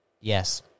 yes